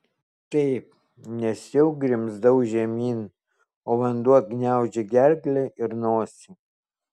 taip nes jau grimzdau žemyn o vanduo gniaužė gerklę ir nosį